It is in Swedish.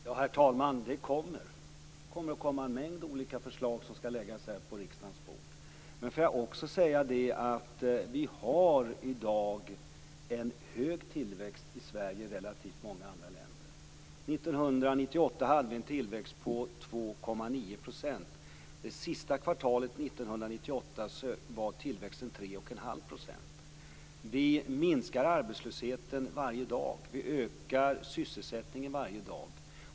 Herr talman! Det kommer en mängd förslag som skall läggas på riksdagens bord. Vi har i dag en högre tillväxt i Sverige än i relativt många andra länder. 1998 hade vi en tillväxt på Vi minskar arbetslösheten varje dag. Vi ökar sysselsättningen varje dag.